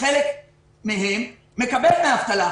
חלק מהם מקבל דמי אבטלה,